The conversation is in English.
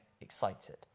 excited